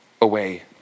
away